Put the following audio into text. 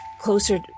closer